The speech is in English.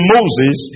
Moses